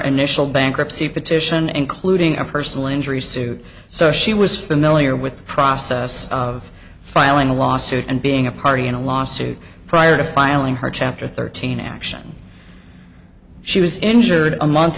initial bankruptcy petition including a personal injury suit so she was familiar with the process of filing a lawsuit and being a party in a lawsuit prior to filing her chapter thirteen action she was injured a month